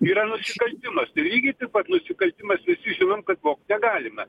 yra nusikaltimas tai lygiai taip pat nusikaltimas visi žinom kad vogt negalima